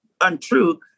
untrue